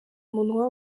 umunwa